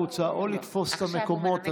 החוצה או לתפוס את המקומות.